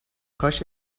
کاش